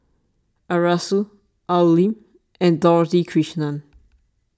Arasu Al Lim and Dorothy Krishnan